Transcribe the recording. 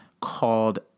called